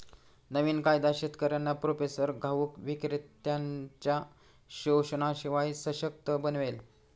नवीन कायदा शेतकऱ्यांना प्रोसेसर घाऊक विक्रेत्त्यांनच्या शोषणाशिवाय सशक्त बनवेल